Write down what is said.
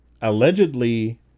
allegedly